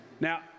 Now